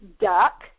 duck